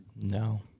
No